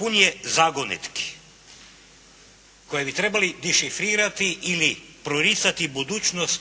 Pun je zagonetki koje bi trebali dešifrirati ili proricati budućnost